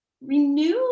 renew